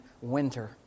winter